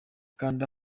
kanda